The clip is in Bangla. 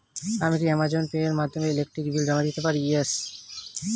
আমি কি অ্যামাজন পে এর মাধ্যমে ইলেকট্রিক বিল জমা দিতে পারি?